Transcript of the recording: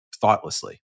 thoughtlessly